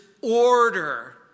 order